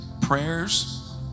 prayers